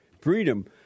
freedom